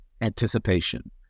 anticipation